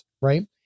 right